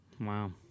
Wow